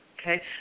Okay